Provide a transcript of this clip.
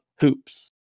hoops